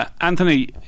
Anthony